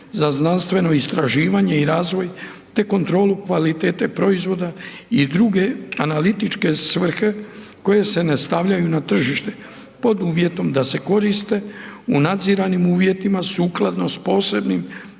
za znanstveno istraživanje i razvoj te kontrolu kvalitete proizvoda i druge analitičke svrhe koje se ne stavljaju na tržište pod uvjetom da se koriste u nadziranim uvjetima sukladno s posebnim